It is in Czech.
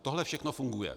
Tohle všechno funguje.